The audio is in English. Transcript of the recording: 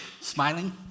smiling